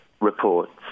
reports